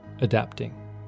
adapting